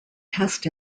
pest